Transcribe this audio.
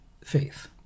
faith